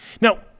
Now